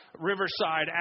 Riverside